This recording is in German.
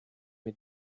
mit